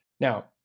Now